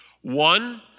One